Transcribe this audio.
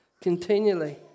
Continually